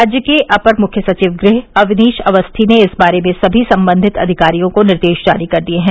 राज्य के अपर मुख्य सचिव गृह अवनीश अवस्थी ने इस बारे में सभी संबंधित अधिकारियों को निर्देश जारी कर दिये हैं